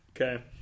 Okay